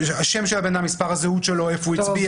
שמו של האדם, מספר הזהות שלו, איפה הוא הצביע.